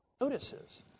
notices